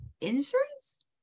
insurance